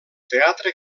teatre